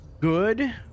good